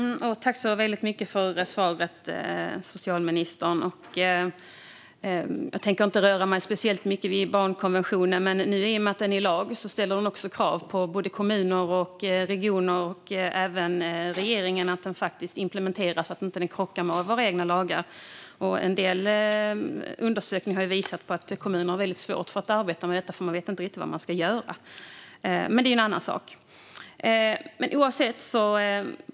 Herr talman! Tack så väldigt mycket för svaret, socialministern! Jag tänker inte uppehålla mig speciellt mycket vid barnkonventionen, men i och med att den nu är lag ställs det krav på kommuner och regioner, och även på regeringen, gällande att den faktiskt implementeras så att den inte krockar med våra egna lagar. En del undersökningar har ju visat på att kommuner har väldigt svårt för att arbeta med detta, för de vet inte riktigt vad de ska göra. Men det är en annan sak.